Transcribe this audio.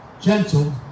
gentle